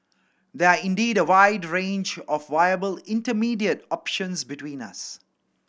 there are indeed a wide range of viable intermediate options between us